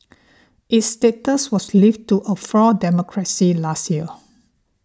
its status was lifted to a flawed democracy last year